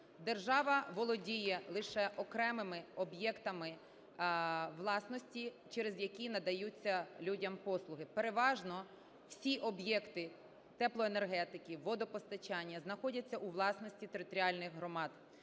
Держава володіє лише окремими об'єктами власності, через які надаються людям послуги. Переважно всі об'єкти теплоенергетики, водопостачання знаходяться у власності територіальних громад.